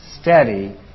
steady